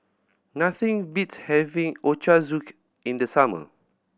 nothing beats having Ochazuke in the summer